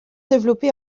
développée